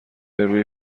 روی